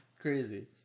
crazy